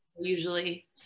usually